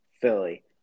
Philly